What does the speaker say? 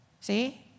see